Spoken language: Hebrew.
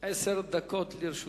עשר דקות לרשותך.